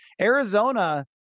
Arizona